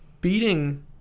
beating